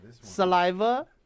saliva